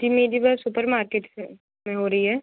जी मेरी बात supermarket से में हो रही है